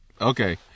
Okay